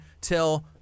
till